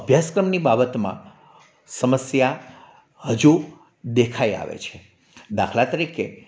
અભ્યાસક્રમની બાબતમાં સમસ્યા હજુ દેખાઈ આવે છે દાખલા તરીકે